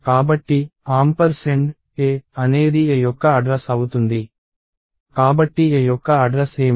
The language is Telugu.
కాబట్టి a అనేది a యొక్క అడ్రస్ అవుతుంది కాబట్టి a యొక్క అడ్రస్ ఏమిటి